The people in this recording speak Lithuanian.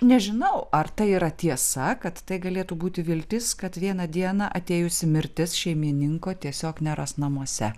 nežinau ar tai yra tiesa kad tai galėtų būti viltis kad vieną dieną atėjusi mirtis šeimininko tiesiog neras namuose